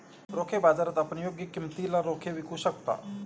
रोखे बाजारात आपण योग्य किमतीला रोखे विकू शकता